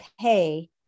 pay